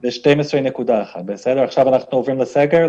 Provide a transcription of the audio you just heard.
זה 12.1%. עכשיו אנחנו עוברים ליום לפני הסגר,